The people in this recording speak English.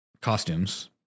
costumes